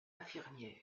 infirmière